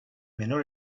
menor